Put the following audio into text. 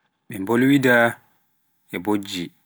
mbe mbolwida e bojji